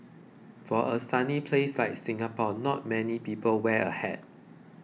for a sunny place like Singapore not many people wear a hat